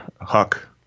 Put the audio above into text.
*Huck*